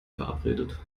verabredet